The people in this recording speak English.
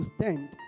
stand